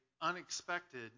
unexpected